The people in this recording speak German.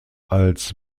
als